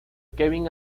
kevin